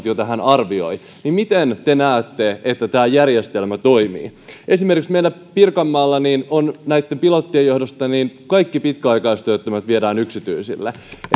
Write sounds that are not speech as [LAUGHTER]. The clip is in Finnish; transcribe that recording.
[UNINTELLIGIBLE] joita arvioi niin miten te näette että tämä järjestelmä toimii esimerkiksi meillä pirkanmaalla näitten pilottien johdosta kaikki pitkäaikaistyöttömät viedään yksityisille